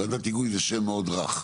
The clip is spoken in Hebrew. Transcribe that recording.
ועדת היגוי זה שם מאוד רך.